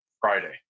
Friday